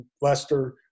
Lester